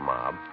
Mob